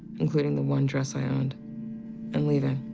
including the one dress i and and leaving.